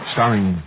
Starring